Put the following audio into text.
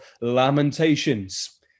Lamentations